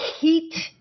heat